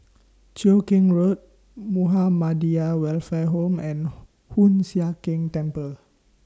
Cheow Keng Road Muhammadiyah Welfare Home and Hoon Sian Keng Temple